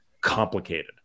complicated